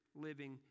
living